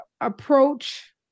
approach